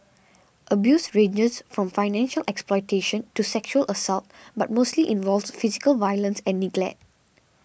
abuse ranges from financial exploitation to sexual assault but mostly involves physical violence and neglect